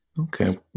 Okay